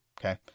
Okay